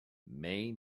may